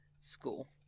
school